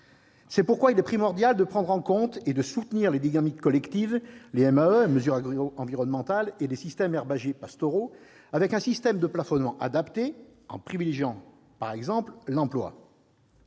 C'est pourquoi il est primordial de prendre en compte et de soutenir les dynamiques collectives- les mesures agroenvironnementales, ou MAE, et les systèmes herbagers pastoraux -avec un mécanisme de plafonnement adapté, en privilégiant par exemple l'emploi.